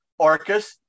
Orcas